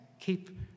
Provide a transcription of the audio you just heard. Keep